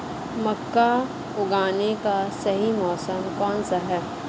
मक्का उगाने का सही मौसम कौनसा है?